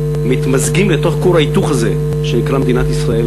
מתמזגים לתוך כור ההיתוך הזה שנקרא מדינת ישראל,